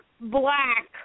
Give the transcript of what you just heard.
Black